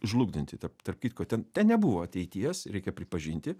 žlugdanti tarp tarp kitko ten nebuvo ateities reikia pripažinti